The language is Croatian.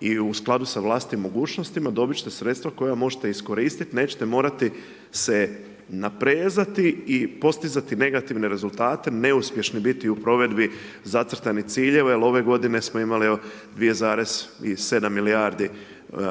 i u skladu sa vlastitim mogućnostima, dobiti ćete sredstva koja možete iskoristiti, nećete morati se naprezati i postizati negativne rezultate, neuspješne biti u provedbi zacrtanih ciljeva, jer ove g. smo imali evo 2,7 milijardi